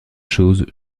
choses